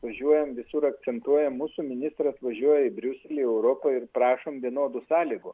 važiuojam visur akcentuojam mūsų ministras važiuoja į briuselį europą ir prašom vienodų sąlygų